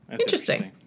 Interesting